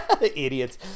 idiots